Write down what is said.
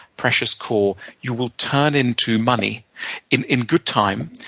precious core, you will turn into money in in good time.